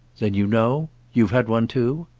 then you know? you've had one too?